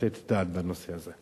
לתת את הדעת בנושא הזה.